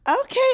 Okay